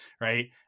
right